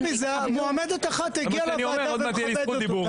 מועמדת אחת הגיעה לוועדות ומכבדת אותו.